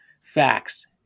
facts